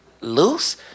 loose